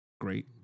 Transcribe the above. great